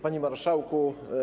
Panie Marszałku!